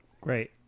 Great